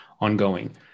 ongoing